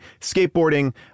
skateboarding